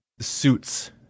suits